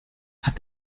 hat